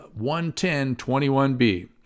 110.21b